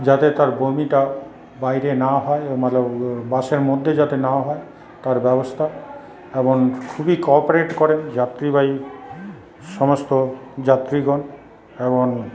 যাতে তার বমিটা বাইরে না হয় বাসের মধ্যে যাতে না হয় তার ব্যবস্থা এবং খুবই কোঅপারেট করেন যাত্রীবাহী সমস্ত যাত্রীগণ এবং